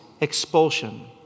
expulsion